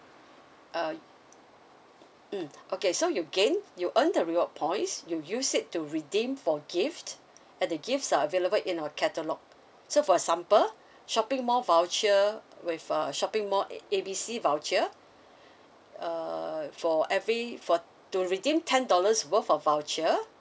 uh mm okay so you gain you earn the reward points you use it to redeem for gifts at the gifts are available in our catalogue so for example shopping mall voucher with a shopping mall uh A B C voucher uh for every for to redeem ten dollars worth of voucher